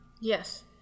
Yes